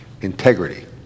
integrity